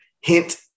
hint